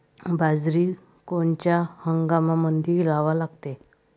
बाजरी कोनच्या हंगामामंदी लावा लागते?